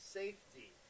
safety